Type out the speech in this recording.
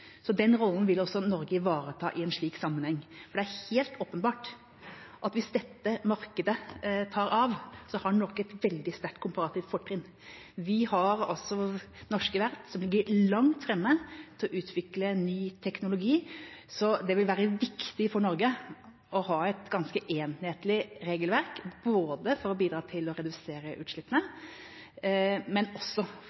Den rollen vil Norge også ivareta i en slik sammenheng. Det er helt åpenbart at hvis dette markedet tar av, har Norge et veldig stort komparativt fortrinn. Vi har norske verft som ligger langt fremme i å utvikle ny teknologi. Det vil være viktig for Norge å ha et ganske enhetlig regelverk, både for å bidra til å redusere utslippene,